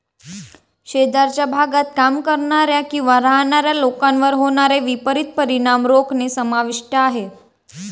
शेजारच्या भागात काम करणाऱ्या किंवा राहणाऱ्या लोकांवर होणारे विपरीत परिणाम रोखणे समाविष्ट आहे